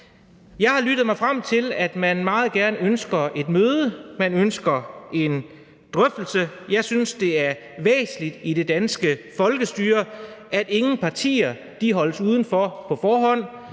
Jeg har lyttet mig frem til, at man meget gerne ønsker et møde, man ønsker en drøftelse. Jeg synes, det er væsentligt i det danske folkestyre, at ingen partier holdes udenfor på forhånd,